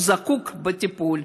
הוא זקוק לטיפול.